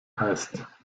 heißt